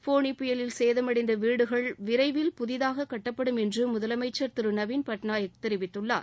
ஃபோனி புயலில் சேதமடைந்த வீடுகள் விரைவில் புதிதாக கட்டப்படும் என்று முதலமைச்சர் திரு நவீன் பட்நாயக் தெரிவித்துள்ளார்